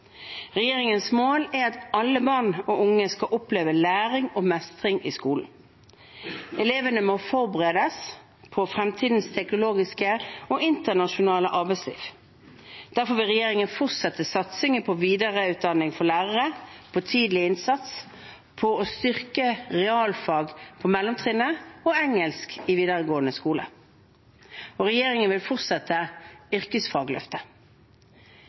Regjeringens mål er at alle barn og unge skal oppleve læring og mestring i skolen. Elevene må forberedes på fremtidens teknologiske og internasjonale arbeidsliv. Derfor vil regjeringen fortsette satsingen på videreutdanning for lærere, på tidlig innsats og på å styrke realfag på mellomtrinnet og engelsk i videregående skole. Regjeringen vil også fortsette yrkesfagløftet.